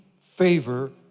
favor